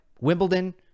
Wimbledon